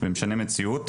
ומשנה מציאות.